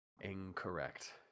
incorrect